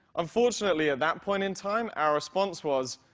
unfortunately, at that point in time, our response was,